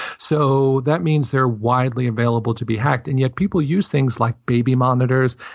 so that means they're widely available to be hacked. and yet, people use things like baby monitors,